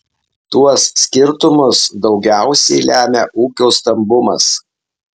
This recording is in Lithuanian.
tuos skirtumus daugiausiai lemia ūkio stambumas